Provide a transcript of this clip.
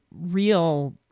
real